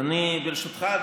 ברשותך,